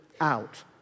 out